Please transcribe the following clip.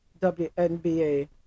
WNBA